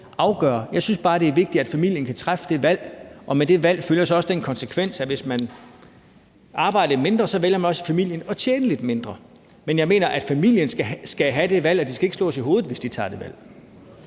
afgøre. Jeg synes bare, det er vigtigt, at familien kan træffe det valg. Og med det valg følger så også den konsekvens, at hvis man arbejder lidt mindre, vælger man også i familien at tjene lidt mindre. Men jeg mener, at familien skal have det valg, og at de ikke skal slås i hovedet, hvis de tager det valg.